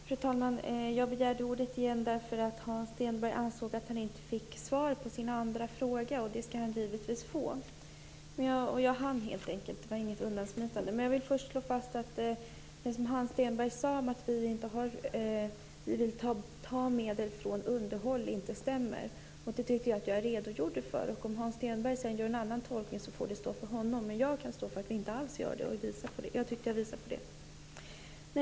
Fru talman! Jag begärde ordet igen därför att Hans Stenberg ansåg att han inte fick svar på sin andra fråga. Det skall han givetvis få. Jag hann helt enkelt inte, det var inget undansmitande. Först vill jag dock slå fast att det Hans Stenberg sade, att vi vill ta medel från underhåll, inte stämmer. Det tyckte jag att jag redogjorde för. Om Hans Stenberg gör en annan tolkning får det stå för honom, men jag kan stå för att vi inte alls gör det. Jag tycker att jag har redovisat det.